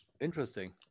Interesting